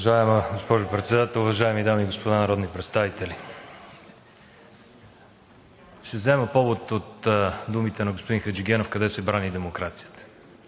Уважаема госпожо Председател, уважаеми дами и господа народни представители! Ще взема повод от думите на господин Хаджигенов: къде се брани демокрацията?